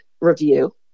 review